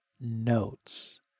notes